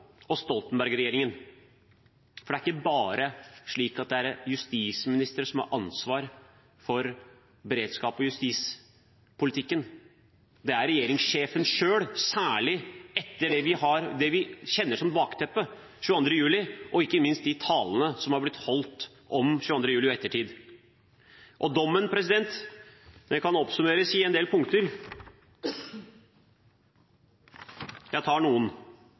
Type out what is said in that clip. og Stoltenberg-regjeringen, for det er ikke bare slik at det er justisministeren som har ansvar for beredskap og justispolitikken. Det er regjeringssjefen selv, særlig etter det vi kjenner som bakteppet – 22. juli – og ikke minst de talene som har blitt holdt om 22. juli i ettertid. Dommen kan oppsummeres i en del punkter. Jeg tar noen: